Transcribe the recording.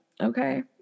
Okay